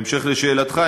בהמשך לשאלתך,